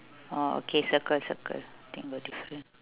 orh okay circle circle think we're different